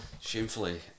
Shamefully